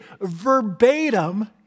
verbatim